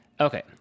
Okay